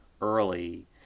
early